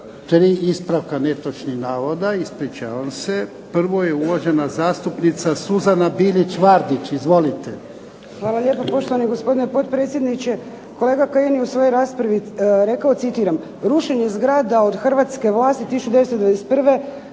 tri ispravka netočnih navoda, ispričavam se. Prvo je uvažena zastupnica Suzana Bilić Vardić. Izvolite. **Bilić Vardić, Suzana (HDZ)** Hvala lijepo poštovani gospodine potpredsjedniče. Kolega Kajin je u svojoj raspravi rekao, citiram: "Rušenje zgrada od hrvatske vlasti 1991.